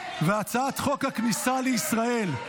והצעת חוק הכניסה לישראל,